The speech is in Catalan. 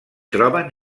troben